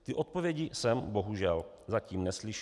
Ty odpovědi jsem bohužel zatím neslyšel.